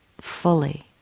fully